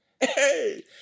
hey